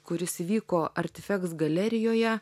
kuris įvyko artifeks galerijoje